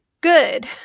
good